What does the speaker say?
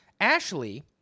Ashley